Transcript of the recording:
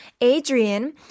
Adrian